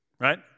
right